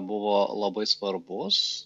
buvo labai svarbus